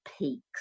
peaks